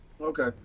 Okay